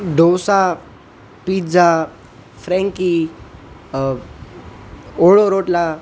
dosa pizza frankie ઓળો રોટલા